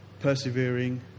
persevering